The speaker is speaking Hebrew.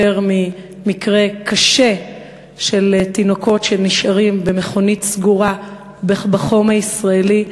יותר ממקרה קשה של תינוקות שנשארים במכונית סגורה בחום הישראלי,